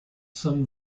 some